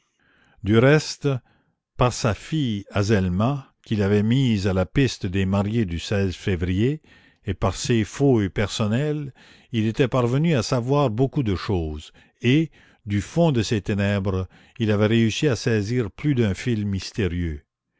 du reste par sa fille azelma qu'il avait mise à la piste des mariés du février et par ses fouilles personnelles il était parvenu à savoir beaucoup de choses et du fond de ses ténèbres il avait réussi à saisir plus d'un fil mystérieux